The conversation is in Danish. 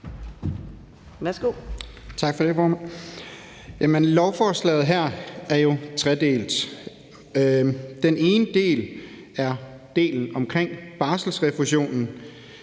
Lovforslaget her er jo tredelt. Den ene del er delen om barselsrefusionen.